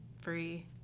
free